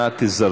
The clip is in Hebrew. ממלא